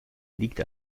liegt